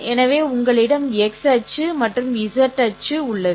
எனவே உங்களிடம் x அச்சு மற்றும் z அச்சு உள்ளது